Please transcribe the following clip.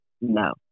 no